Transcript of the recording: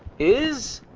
is